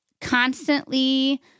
constantly